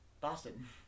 Boston